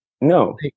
No